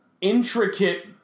intricate